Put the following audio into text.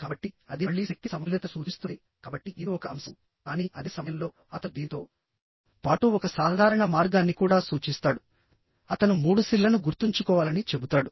కాబట్టి అది మళ్ళీ శక్తి సమతుల్యతను సూచిస్తుందికాబట్టి ఇది ఒక అంశం కానీ అదే సమయంలో అతను దీనితో పాటు ఒక సాధారణ మార్గాన్ని కూడా సూచిస్తాడు అతను మూడు సి లను గుర్తుంచుకోవాలని చెబుతాడు